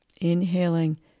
Inhaling